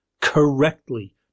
correctly